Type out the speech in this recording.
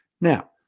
Now